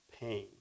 pain